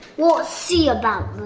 we'll see about